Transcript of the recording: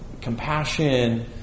compassion